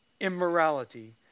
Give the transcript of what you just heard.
immorality